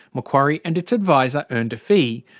macquarie and its adviser earned a fee.